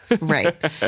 Right